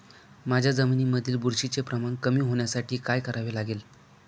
माझ्या जमिनीमधील बुरशीचे प्रमाण कमी होण्यासाठी काय करावे लागेल?